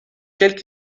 quelque